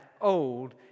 old